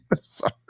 Sorry